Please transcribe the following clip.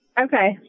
Okay